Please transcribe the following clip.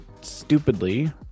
stupidly